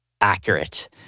accurate